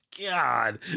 God